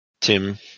Tim